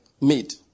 made